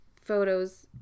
photos